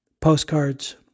postcards